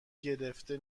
گرفته